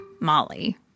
Molly